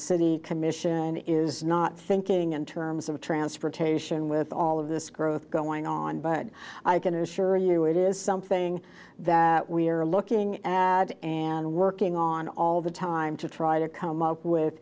city commission is not thinking in terms of transportation with all of this growth going on but i can assure you it is something that we are looking at and working on all the time to try to come up with